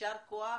יישר כוח.